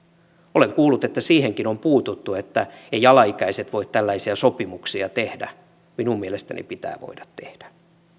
olen kuullut että siihenkin on puututtu että eivät alaikäiset voi tällaisia sopimuksia tehdä minun mielestäni pitää voida tehdä